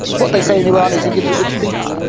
what they say in iran is he gives a good speech.